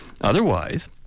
Otherwise